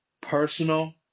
personal